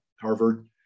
Harvard